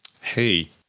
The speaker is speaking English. hey